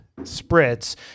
spritz